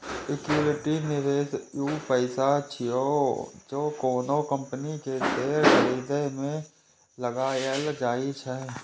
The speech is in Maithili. इक्विटी निवेश ऊ पैसा छियै, जे कोनो कंपनी के शेयर खरीदे मे लगाएल जाइ छै